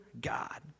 God